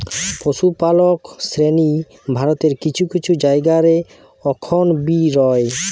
পশুপালক শ্রেণী ভারতের কিছু কিছু জায়গা রে অখন বি রয়